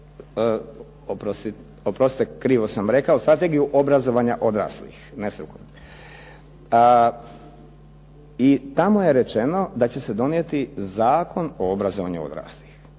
Oprostite, krivo sam rekao, strategiju obrazovanja odraslih, ne strukovnog i tamo je rečeno da će se donijeti Zakon o obrazovanju odraslih.